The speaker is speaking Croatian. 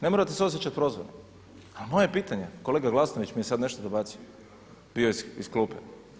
Ne morate se osjećati prozvani, ali moje je pitanje kolega Glasnović mi je sad nešto dobacio iz klupe.